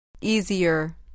Easier